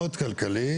מאוד כלכלי.